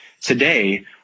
Today